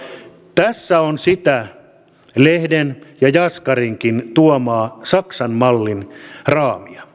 tässä on sitä lehden ja jaskarinkin tuomaa saksan mallin raamia